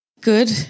good